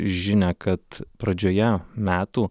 žinią kad pradžioje metų